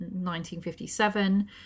1957